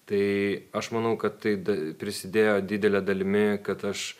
tai aš manau kad tai prisidėjo didele dalimi kad aš